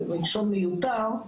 מלשון מיותר,